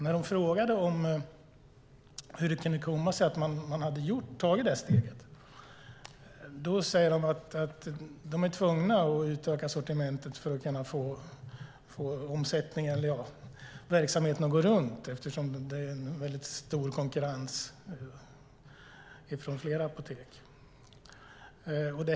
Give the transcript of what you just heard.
När hon frågade hur det kunde komma sig att man hade tagit det steget sade de att de är tvungna att utöka sortimentet för att få verksamheten att gå runt eftersom det är stor konkurrens från flera apotek.